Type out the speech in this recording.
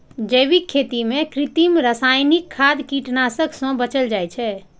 जैविक खेती मे कृत्रिम, रासायनिक खाद, कीटनाशक सं बचल जाइ छै